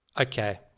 Okay